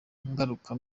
ngaruka